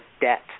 debt